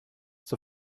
zur